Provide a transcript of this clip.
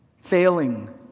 failing